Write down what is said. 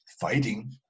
fighting